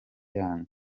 yanyu